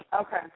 Okay